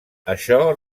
això